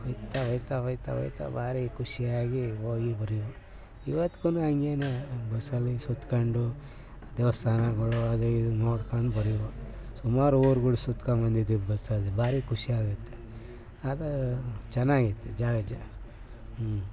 ಹೋಗ್ತಾ ಹೋಗ್ತಾ ಹೋಗ್ತಾ ಹೋಗ್ತಾ ಭಾರಿ ಖುಷಿಯಾಗಿ ಹೋಗಿ ಬರುವೆವು ಇವತ್ಗೂ ಹಂಗೇ ಬಸ್ಸಲ್ಲಿ ಸುತ್ಕೊಂಡು ದೇವಸ್ಥಾನಗಳು ಅದು ಇದು ನೋಡ್ಕೊಂಡು ಬರುವೆವು ಸುಮಾರು ಊರುಗಳ ಸುತ್ಕಬಂದಿದೀವಿ ಬಸ್ಸಲ್ಲಿ ಭಾರಿ ಖುಷಿಯಾಗುತ್ತೆ ಅದು ಚೆನ್ನಾಗಿತ್ತು